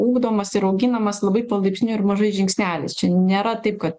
ugdomas ir auginamas labai palaipsniui ir mažais žingsneliais čia nėra taip kad